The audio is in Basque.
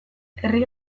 herri